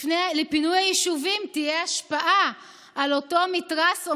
לפינוי היישובים תהיה השפעה על אותו מתרס או